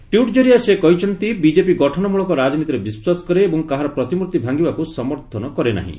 tweet ଜରିଆରେ ସେ କହିଛନ୍ତି ବିଜେପି ଗଠନମଳକ ରାଜନୀତିରେ ବିଶ୍ୱାସ କରେ ଏବଂ କାହାର ପ୍ରତିମ୍ଭର୍ତ୍ତି ଭାଙ୍ଗିବାକୁ ସମର୍ଥନ କରେ ନାହିଁ